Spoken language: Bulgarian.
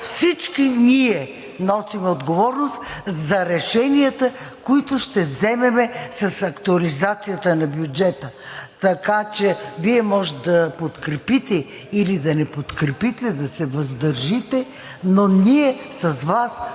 Всички ние носим отговорност за решенията, които ще вземем с актуализацията на бюджета. Така че Вие може да подкрепите или да не подкрепите, да се въздържите, но ние с Вас